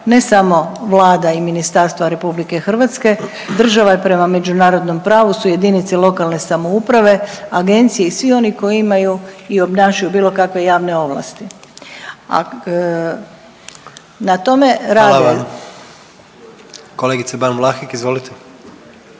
ne samo Vlada i ministarstva RH, država je prema međunarodnom pravu su i jedinice lokalne samouprave, agencije i svi oni koji imaju i obnašaju bilo kakve javne ovlasti. A na tome rade …/Upadica predsjednik: Hvala